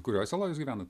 kurioj saloj jūs gyvenat